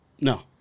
No